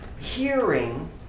hearing